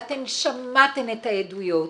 ואתן שמעתן את העדויות.